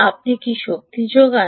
আপনি কী শক্তি যোগান